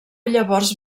llavors